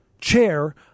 chair